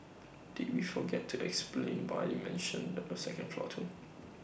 did we forget to explain why we mentioned the second floor too